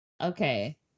okay